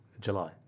July